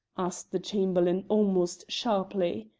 asked the chamberlain almost sharply.